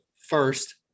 first